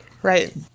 Right